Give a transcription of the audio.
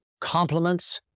compliments